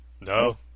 No